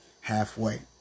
halfway